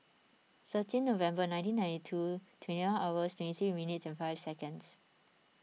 thirteen November nineteen ninety two twenty one hours twenty three minutes and five seconds